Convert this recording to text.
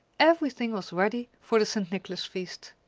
everything was ready for the st. nicholas feast.